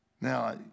Now